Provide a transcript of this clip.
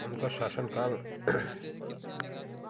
उनका शासन काल